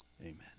amen